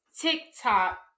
TikTok